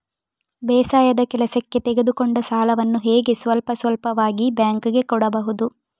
ಬೇಸಾಯದ ಕೆಲಸಕ್ಕೆ ತೆಗೆದುಕೊಂಡ ಸಾಲವನ್ನು ಹೇಗೆ ಸ್ವಲ್ಪ ಸ್ವಲ್ಪವಾಗಿ ಬ್ಯಾಂಕ್ ಗೆ ಕೊಡಬಹುದು?